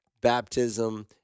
baptism